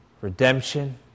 redemption